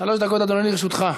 שלוש דקות, אדוני, לרשותך.